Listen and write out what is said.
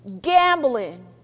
gambling